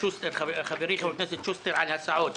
אני מבקש מחבריי הטובים מש"ס להצטרף